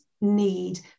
need